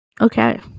Okay